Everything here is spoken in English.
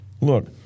Look